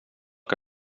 que